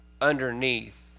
underneath